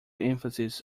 emphasis